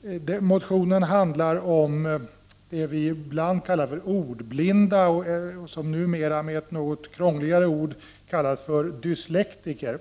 till regeringen. Motionen handlar om elever som är ordblinda och som numera kallas dyslektiker.